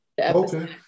Okay